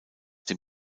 dem